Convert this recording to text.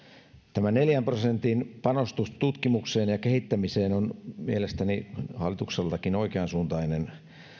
tämä neljän prosentin panostus tutkimukseen ja kehittämiseen on mielestäni hallitukseltakin oikeansuuntainen